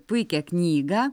puikią knygą